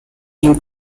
him